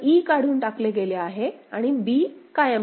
तर e काढून टाकले गेले आहे आणि b कायम ठेवण्यात आले आहे